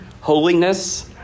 holiness